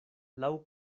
laŭ